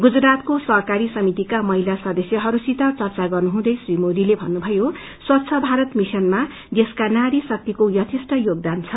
गुजरातको सहकारी समितिहरूका महिला सदस्यहस्तित चर्चा गर्नुहुँदै श्री मोदीले भन्नुथयो स्वच्छ भारत मिश्रनमा देशका नारी शक्तिको यथेष्ट योगदान छ